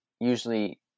usually